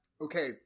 Okay